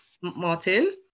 Martin